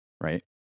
right